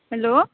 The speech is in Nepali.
हेलो